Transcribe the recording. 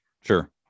Sure